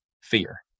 fear